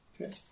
Okay